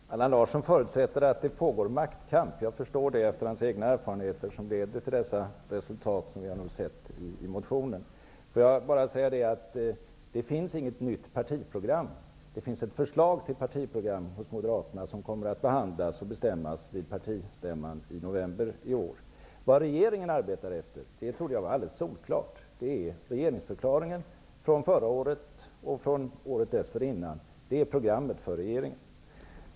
Fru talman! Allan Larsson förutsätter att det pågår en maktkamp. Jag förstår det, efter hans egna erfarenheter som leder till de resultat som vi har sett i motionen. Låt mig bara säga att det inte finns något nytt partiprogram. Det finns ett förslag till partiprogram hos moderaterna som kommer att behandlas och bestämmas vid partistämman i november i år. Jag trodde att det var alldeles solklart vad regeringen arbetar efter. Det är regeringsförklaringen från förra året och från året dessförinnan. Det är programmet för regeringen.